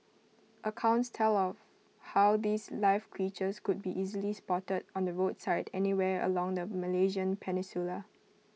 accounts tell of how these live creatures could be easily spotted on the roadside anywhere along the Malaysian peninsula